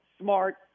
smart